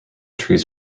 trees